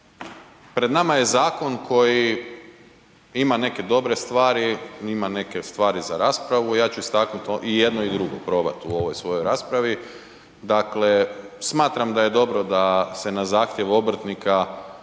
pred nama je Zakon koji ima neke dobre stvari, ima neke stvari za raspravu. Ja ću istaknuti i jedno i drugo, probati u ovoj svojoj raspravi. Dakle, smatram da je dobro da se na zahtjev obrtnika